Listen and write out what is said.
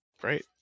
Great